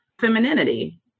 femininity